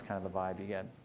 kind of the vibe you get.